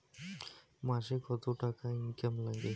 মাসে কত টাকা ইনকাম নাগে?